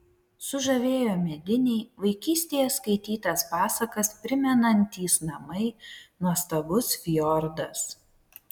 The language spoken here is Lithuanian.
sužavėjo mediniai vaikystėje skaitytas pasakas primenantys namai nuostabus fjordas